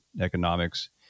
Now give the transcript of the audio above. economics